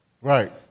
Right